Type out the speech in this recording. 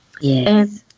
Yes